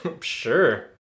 sure